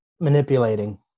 manipulating